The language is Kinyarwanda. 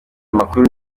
amakuru